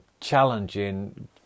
challenging